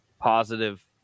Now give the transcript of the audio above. positive